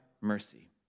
mercy